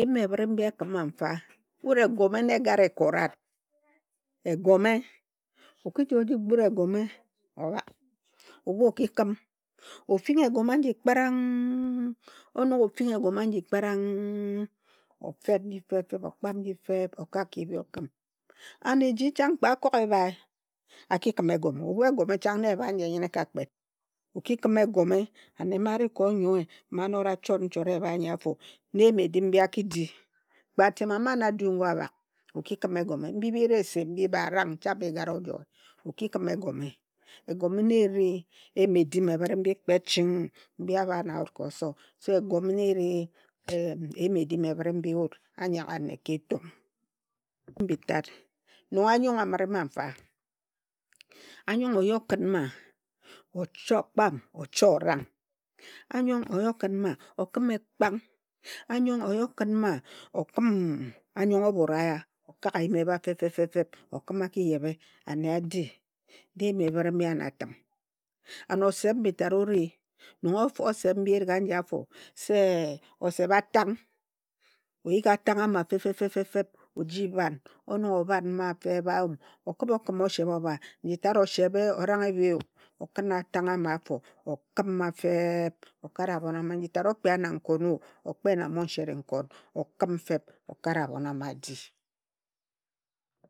Eyim ebhre mbi ekhima mfa. Wut egome na egara ekora wut. Egome, o ki ji oji gbut egome obhak, ebhu oki khim, ofinghi egome aji kparang. Onog ofinghi egome aji kpar-a-n-g, ofet nji fe feb, o kpam nji feb okak ka ebhi okhim. And eji chang, kpe a kog ebhae aki khim egome. Ebhu egome chang na ebhae aji enyine e ka kpet. O ki khim egome, anne mma ari ka onyoe anora a chot nchot ebhae anyi afo na eyim edim mbi a ki di. Kpe atem ama na adu ngo abhag oki khim egome. Mbi biresi mbi, baram, chang bi gara o joe, o ki khim egome. Egome na eri eyim edim ebhore kpet ching mbi a bha na wut ka oso, so egome na eri eyim edim ebhre mbi wut anyagane ka etung. Eyim bi tat, nong anyong a mire mma nfa, anyong o yi okhun mma ocho, okpam ocho orang. Anyong oyi okin mma okhim ekpang, anyong o yi okin mma okhim anyong obhoraya, okag eyim ebha fefefeb okhim a ki yebhe, anne adi. Na eyim ebhre mbi anatim. And oseb mbi tat ori. Nong ofu oseb mbi erig aji afo se oseb atang. Oyighi atang ama fe fe feb oji bhan, onog obhan mma fe eb ayum, okhibha okhim oseb obha, nji tat osebe orang biyu, okhin atang ama afo, okhim mma feeeb okare abhon a, nji tat okpe a na nkon o, okpe na monshet nkon, okhim fe eb okara bhon ama adi.